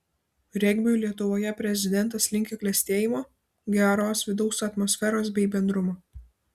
regbiui lietuvoje prezidentas linki klestėjimo geros vidaus atmosferos bei bendrumo